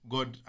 God